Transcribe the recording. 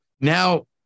Now